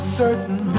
certain